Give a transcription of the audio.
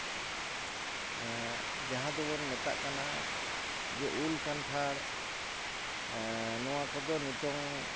ᱡᱟᱦᱟᱸ ᱫᱚᱵᱚᱱ ᱢᱮᱛᱟᱜ ᱠᱟᱱᱟ ᱡᱮ ᱩᱞ ᱠᱟᱱᱴᱷᱟᱲ ᱱᱚᱣᱟ ᱠᱚᱫᱚ ᱱᱤᱛᱳᱝ